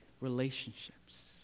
relationships